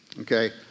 Okay